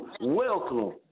welcome